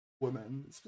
women